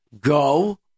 Go